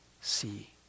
see